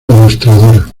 ilustradora